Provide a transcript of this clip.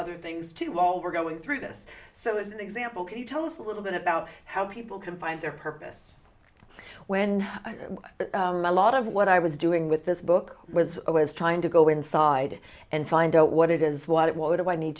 other things too all we're going through this so it's an example can you tell us a little bit about how people can find their purpose when a lot of what i was doing with this book was always trying to go inside and find out what it is what it would i need